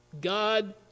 God